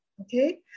okay